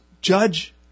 judge